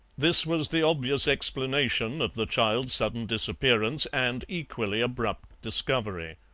this was the obvious explanation of the child's sudden disappearance and equally abrupt discovery.